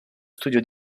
studio